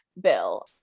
bill